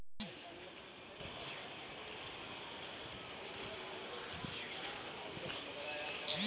कवनो भी सामान अइसन नाइ बाटे जेपे जी.एस.टी ना देवे के पड़त हवे